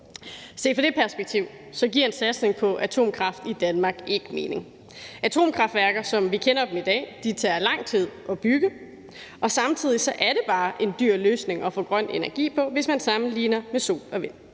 Set i det perspektiv giver en satsning på atomkraft i Danmark ikke mening. Atomkraftværker, som vi kender dem i dag, tager lang tid at bygge, og samtidig er det bare en dyr måde at få grøn energi på, hvis man sammenligner med sol og vind.